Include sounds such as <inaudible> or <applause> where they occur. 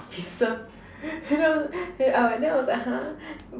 officer <laughs> you know then I was like !huh!